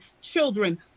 children